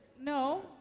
no